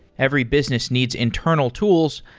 every business needs internal tools,